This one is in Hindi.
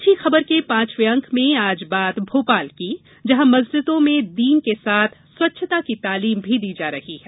अच्छी खबर के पांचवे अंक में आज बात भोपाल की जहां मस्जिदों में दीन के साथ स्वच्छता की तालीम भी दी जा रही है